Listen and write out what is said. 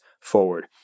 forward